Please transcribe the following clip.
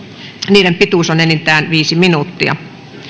niiden pituus on enintään viisi minuuttia